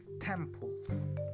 temples